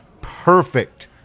perfect